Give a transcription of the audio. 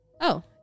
Oh